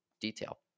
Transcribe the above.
detail